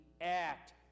act